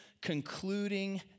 concluding